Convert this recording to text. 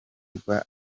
rwa